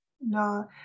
no